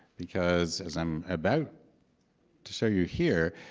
because as i'm about to show you here,